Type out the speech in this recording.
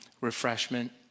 refreshment